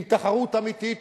עם תחרות אמיתית,